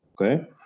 okay